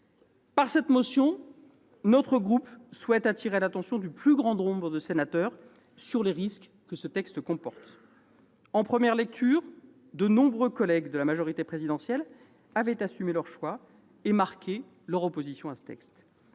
Par cette motion, notre groupe souhaite attirer l'attention du plus grand nombre de sénateurs sur les risques que ce texte comporte. En première lecture, de nombreux collègues de la majorité présidentielle avaient assumé leur choix et marqué leur opposition à ce texte.